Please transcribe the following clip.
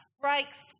breaks